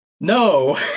No